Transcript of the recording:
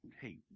hey